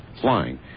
flying